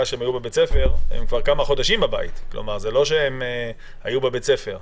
הם כבר כמה חודשים בבית ולא בבית הספר.